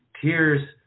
Tears